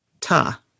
ta